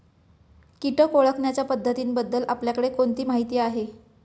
कीटक ओळखण्याच्या पद्धतींबद्दल आपल्याकडे कोणती माहिती आहे?